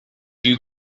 you